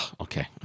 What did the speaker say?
Okay